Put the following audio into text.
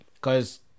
cause